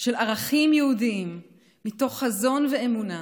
של ערכים יהודיים מתוך חזון ואמונה,